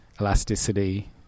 elasticity